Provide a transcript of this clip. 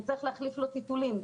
וצריך להחליף לו טיטולים,